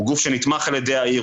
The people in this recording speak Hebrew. הוא גוף שנתמך על ידי העיר,